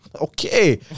Okay